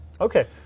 Okay